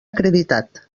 acreditat